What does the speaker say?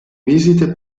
visite